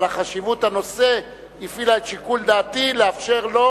אבל חשיבות הנושא הפעילה את שיקול דעתי לאפשר לו